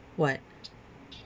what